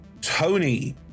Tony